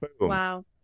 Wow